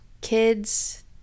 kids